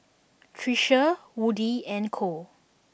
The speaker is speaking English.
Tricia Woody and Cole